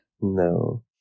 No